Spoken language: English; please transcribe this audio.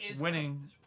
Winning